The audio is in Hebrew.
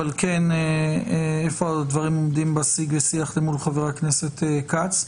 אבל כן איפה הדברים עומדים בשיג ושיח מול חה"כ כץ.